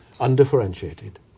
undifferentiated